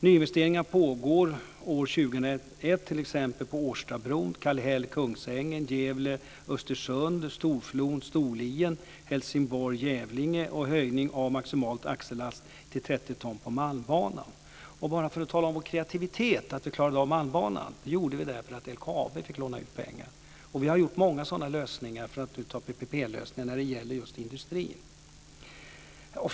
Nyinvesteringar pågår år 2001 t.ex. på Årstabron, Kallhäll-Kungsängen, Gävle-Östersund, Storflon-Storlien, Helsingborg-Kävlinge och höjning av maximal axellast till 30 ton på Malmbanan. Bara för att tala om vår kreativitet kan jag nämna att vi klarade av Malmbanan därför att LKAB fick låna ut pengar. Vi har gjort många sådana lösningar när det gäller just industrin, för att ta upp detta med PPP-lösningar.